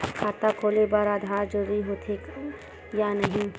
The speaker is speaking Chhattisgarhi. खाता खोले बार आधार जरूरी हो थे या नहीं?